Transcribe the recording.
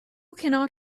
cannot